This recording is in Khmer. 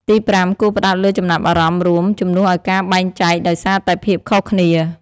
ទីប្រាំ គួរផ្តោតលើចំណាប់អារម្មណ៍រួម ជំនួសឲ្យការបែងចែកដោយសារតែភាពខុសគ្នា។